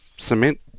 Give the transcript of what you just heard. cement